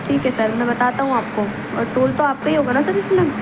ٹھیک ہے سر میں بتاتا ہوں آپ کو اور ٹول تو آپ کا ہی ہوگا نا سر اس میں